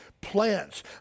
plants